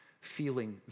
feeling